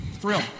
Thrill